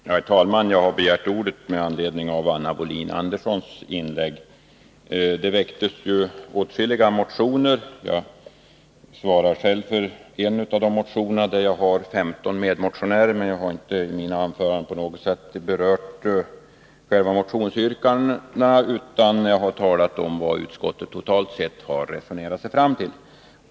Herr talman! Jag har begärt ordet på grund av Anna Wohlin-Anderssons inlägg. Det väcktes åtskilliga motioner med anledning av propositionen. Jag och 15 medmotionärer svarar för en av dessa. Men i mina anföranden har jag inte på något sätt berört själva motionsyrkandena, utan jag har talat om vad utskottet totalt sett har resonerat sig fram till.